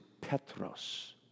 Petros